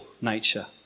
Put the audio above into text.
nature